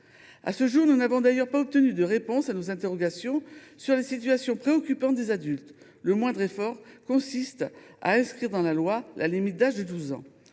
À ce jour, nous n’avons d’ailleurs pas obtenu de réponse à nos interrogations sur la situation préoccupante des adultes. La moindre des choses serait d’inscrire dans la loi la limite d’âge de 12 ans.